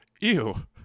ew